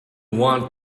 want